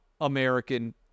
American